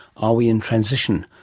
are we in transition,